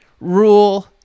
rule